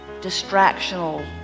distractional